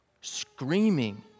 screaming